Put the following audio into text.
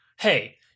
hey